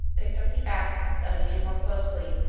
picked up the ax and studied it more closely.